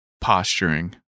Posturing